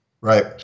Right